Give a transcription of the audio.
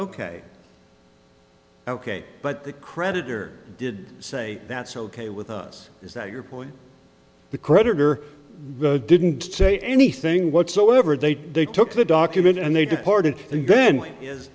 ok ok but the creditor did say that's ok with us is that your point the creditor though didn't say anything whatsoever they they took the document and they